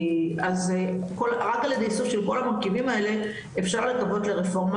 רק על ידי איסוף של כל המרכיבים האלה אפשר לקוות לרפורמה